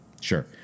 sure